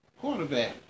quarterback